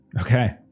Okay